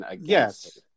Yes